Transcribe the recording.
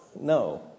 No